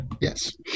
Yes